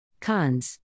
Cons